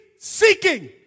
seeking